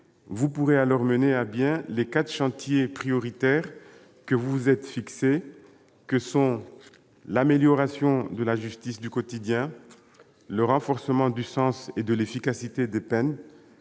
vous permettra de mener à bien les quatre chantiers prioritaires que vous vous êtes fixés : l'amélioration de la justice du quotidien ; le renforcement du sens et de l'efficacité des peines